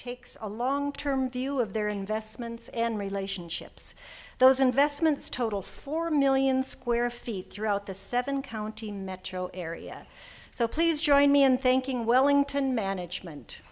takes a long term view of their investments and relationships those investments total four million square feet throughout the seven county metro area so please join me in thanking wellington management